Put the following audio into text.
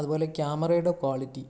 അതുപോലെ ക്യാമറയുടെ ക്വാളിറ്റി